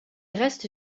reste